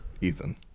Ethan